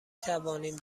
توانیم